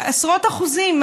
עשרות אחוזים,